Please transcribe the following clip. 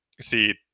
see